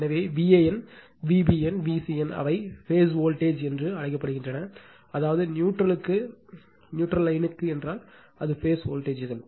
எனவே Van Vbn Vcn அவை phase voltage என்று அழைக்கப்படுகின்றன அதாவது நியூட்ரல் க்கு லைன்க்கு என்றால் அது பேஸ் வோல்ட்டேஜ்கள்